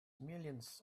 millions